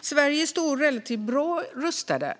Sverige stod relativt bra rustat.